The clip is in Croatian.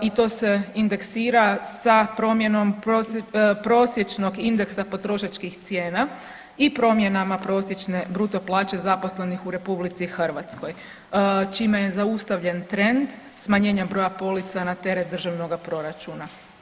I to se indeksira sa promjenom prosječnog indeksa potrošačkih cijena i promjenama prosječne bruto plaće zaposlenih u Republici Hrvatskoj, čime je zaustavljen trend smanjenja broja polica na teret Državnoga proračuna.